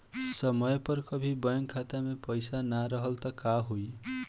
समय पर कभी बैंक खाता मे पईसा ना रहल त का होई?